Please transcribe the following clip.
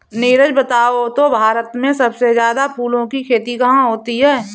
नीरज बताओ तो भारत में सबसे ज्यादा फूलों की खेती कहां होती है?